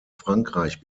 frankreich